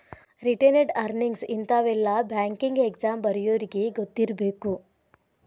retained earnings ಇಂತಾವೆಲ್ಲ banking exam ಬರ್ಯೋರಿಗಿ ಗೊತ್ತಿರ್ಬೇಕು